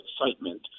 excitement